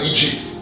Egypt